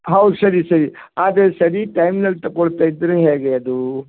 ಹೌದು ಸರಿ ಸರಿ ಆದರೆ ಸರಿ ಟೈಮ್ನಲ್ಲಿ ತಗೊಳ್ತ ಇದ್ದೀರಾ ಹೇಗೆ ಅದು